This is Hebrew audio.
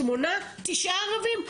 שמונה, תשעה ערבים?